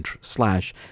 slash